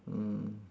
mm mm